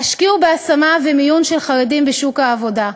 השקיעו בהשמה ומיון של חרדים בשוק העבודה.